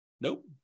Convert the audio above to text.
Nope